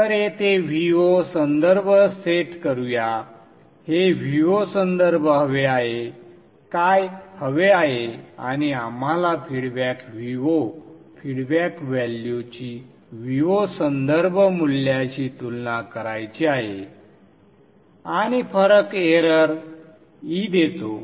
तर येथे Vo संदर्भ सेट करूया हे Vo संदर्भ हवे आहे काय हवे आहे आणि आम्हाला फीडबॅक Vo फीडबॅक व्हॅल्यूची Vo संदर्भ मूल्याशी तुलना करायची आहे आणि फरक एरर e देतो